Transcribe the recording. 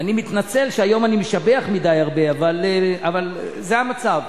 אני מתנצל שהיום אני משבח הרבה מדי, אבל זה המצב,